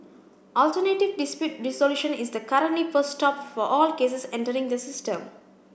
alternative dispute resolution is the currently first stop for all cases entering the system